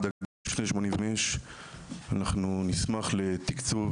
מבנים שנבנו לפני 1985. אנחנו נשמח לתקצוב,